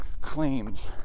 claims